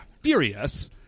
furious